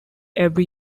every